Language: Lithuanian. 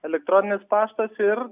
elektroninis paštas ir